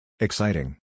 Exciting